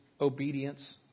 obedience